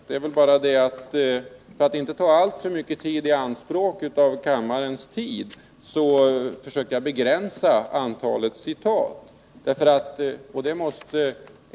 Men för att inte ta kammarens tid alltför mycket i anspråk försökte jag begränsa antalet citat.